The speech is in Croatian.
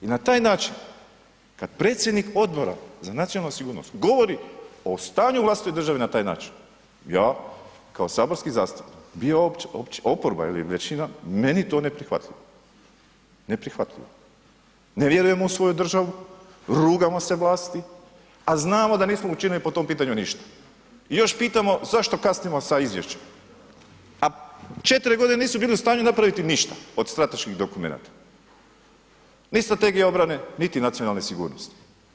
I na taj način kad predsjednik Odbora za nacionalnu sigurnost govori o stanju u vlastitoj državi na taj način, ja kao saborski zastupnik, bio oporba ili većina, meni je to neprihvatljivo, neprihvatljivo, ne vjerujemo u svoju državu, rugamo se vlasti, a znamo da nismo učinili po tom pitanju ništa i još pitamo zašto kasnimo sa izvješćem, a 4.g. nisu bili u stanju napraviti ništa od strateških dokumenata, ni strategija obrane, niti nacionalne sigurnosti.